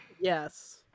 Yes